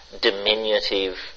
diminutive